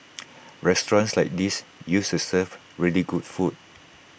restaurants like these used to serve really good food